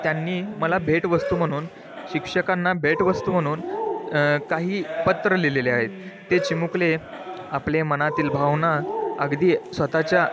त्यांनी मला भेटवस्तू म्हणून शिक्षकांना भेटवस्तू म्हणून काही पत्रं लिहिलेली आहेत ते चिमुकले आपले मनातील भावना अगदी स्वतःच्या